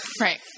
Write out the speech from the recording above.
Right